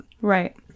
Right